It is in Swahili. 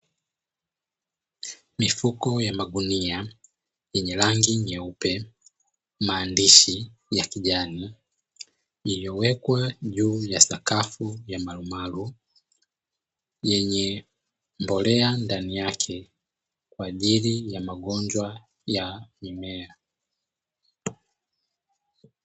Mifuko ya magunia yenye rangi nyeupe na maandishi ya kijani, iliyowekwa juu ya sakafu ya marumaru, yenye mbolea ndani yake kwa ajili ya magonjwa ya mimea.